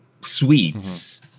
sweets